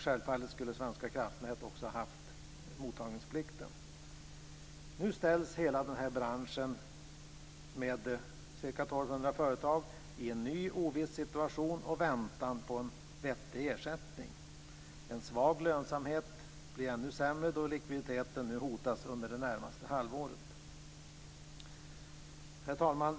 Självfallet skulle Svenska kraftnät ha haft mottagningsplikten. Nu ställs hela branschen, med ca 1 200 företag, i en ny oviss situation och väntan på en vettig ersättning. En svag lönsamhet blir ännu sämre då likviditeten nu hotas under det närmaste halvåret. Herr talman!